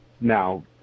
Now